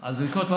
על זריקות?